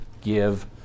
give